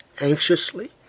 anxiously